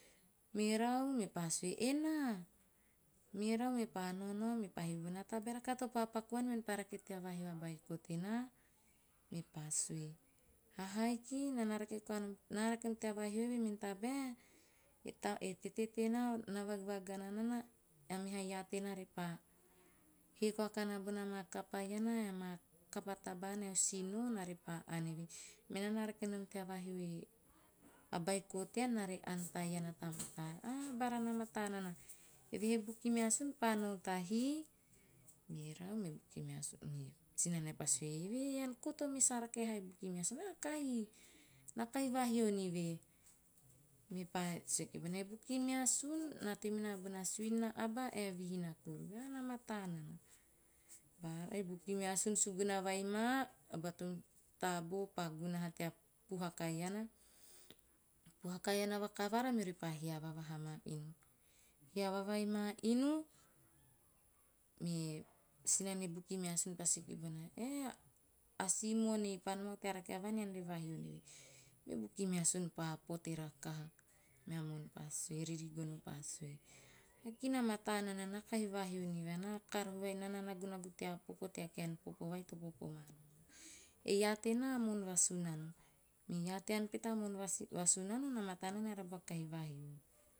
Merau mepa sue, "e naa." Merau mepa naonao mepa hivi bona, "a tabae rakaha topa paku vuan mean pa rake tea vahio a beiko tenaa?" Mepa sue, "a haiki, naa na rake koa nom naa na rake tea vahio eve mene tabae, tetee tenaa na vagvagana nana, a meha iaa tena repa hee koa kana bona ma kapa na rake nom tea vahio a beiko tean naa re ann ta mataa." "Ah bara na mataa nana, eve he bukimeasun pa nau tahii?" Merau me bukimeasun sinanae pa sue, "eve he ean kou tomene sa rake haa a bukimeasun?" "Ah kahi, na kahi vahio nive." Mepa sue kibona, "e bukimeasun na tei minana bona suin na aba ae a vihi nia kuruu." Bara e bukimeasun suguna vai maa, a bua tom tobo pa gunaha tea puhaka iana, puhaka iana vakavara meori pa hiava vaha maa inu. Hiava vai ma inu, me sinan ae bukimeasun pa sue kibona, "eh, a si moon ei pa nomau tea rake vuan ean re vahio nie." Me bukimeasun pa pote rakaha. Me noon pa sue, ririgono pa sue, "hiki na mataa nana, naa kahi vahio ni vuan. " Na karahu vai, naa na nagunagu tea popo tea kaen popo vai to popo nom na." "E iaa tenaa, a moon va sunano, me iaa tean pete a moon va sunano, na mataa nana eara buaku kahi vahiou."